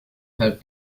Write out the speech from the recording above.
have